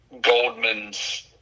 Goldman's